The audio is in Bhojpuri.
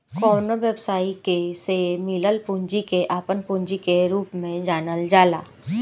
कवनो व्यवसायी के से मिलल पूंजी के आपन पूंजी के रूप में जानल जाला